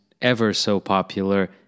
ever-so-popular